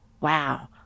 wow